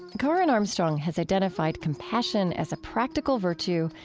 karen armstrong has identified compassion as a practical virtue,